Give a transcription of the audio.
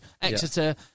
Exeter